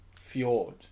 Fjord